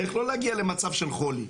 איך לא להגיע למצב של חולי.